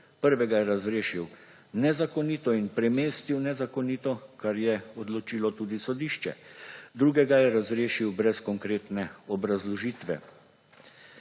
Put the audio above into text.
Prvega je razrešil nezakonito in premestil nezakonito, kar je odločilo tudi sodišče. Drugega je razrešil brez konkretne obrazložitve.